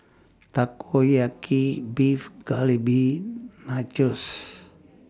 Takoyaki Beef Galbi Nachos